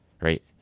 right